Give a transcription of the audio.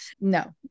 No